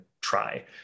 try